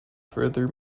further